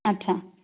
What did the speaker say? अच्छा